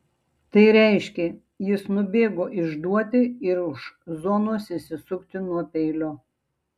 tai reiškė jis nubėgo išduoti ir už zonos išsisukti nuo peilio